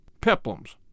Peplums